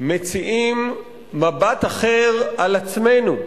מציעים מבט אחר על עצמנו,